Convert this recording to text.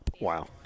Wow